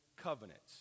covenants